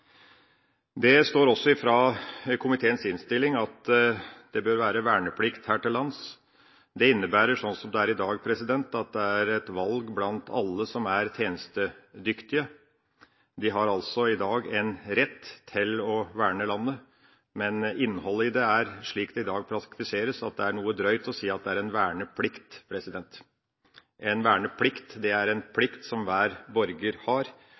Det står også i komiteens innstilling at det bør være verneplikt her til lands. Det innebærer, sånn som det er i dag, at det er et valg blant alle som er tjenestedyktige. De har altså en rett til å verne landet, men innholdet i det er, slik det i dag praktiseres, at det er noe drøyt å si at det er en verneplikt. En verneplikt er en plikt som hver borger har.